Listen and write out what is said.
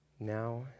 Now